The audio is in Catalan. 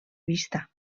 vista